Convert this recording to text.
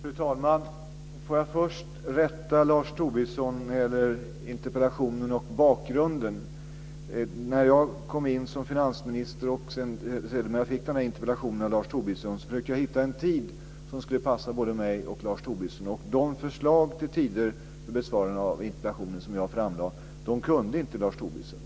Fru talman! Får jag först rätta Lars Tobisson när det gäller interpellationen och bakgrunden. När jag kom in som finansminister och sedermera fick den här interpellationen av Lars Tobisson försökte jag hitta en tid som skulle passa både mig och Lars Tobisson. På de av mig föreslagna tiderna för besvarande av interpellationen kunde inte Lars Tobisson.